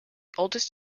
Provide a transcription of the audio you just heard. oldest